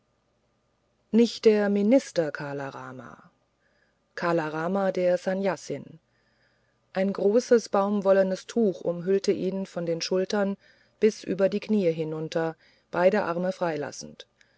nicht der minister kala rama kala rama der sannyasin ein großes baumwollenes tuch umhüllte ihn von den schultern bis über die kniee hinunter beide arme freilassend